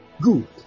Good